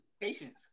patience